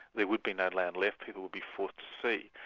there would be no land left, people would be forced to sea,